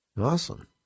Awesome